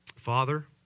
Father